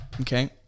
Okay